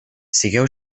sigueu